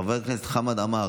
חבר הכנסת חמד עמאר,